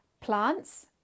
plants